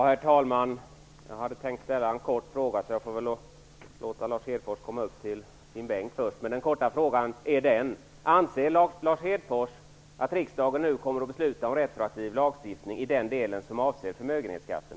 Herr talman! Jag vill ställa en kort fråga till Lars Hedfors. Anser Lars Hedfors att riksdagen nu kommer att besluta om retroaktiv lagstiftning i den delen som avser förmögenhetsskatten?